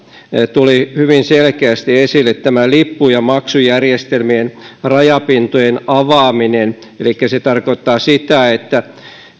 tuli hyvin selkeästi esille tämä lippu ja maksujärjestelmien rajapintojen avaaminen se tarkoittaa sitä että